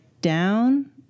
down